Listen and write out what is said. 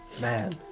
Man